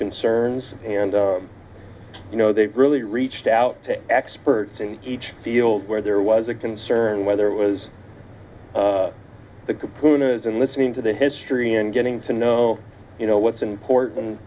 concerns and you know they really reached out to experts in each field where there was a concern whether it was the group who knows and listening to the history and getting to know you know what's important